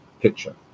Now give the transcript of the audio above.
picture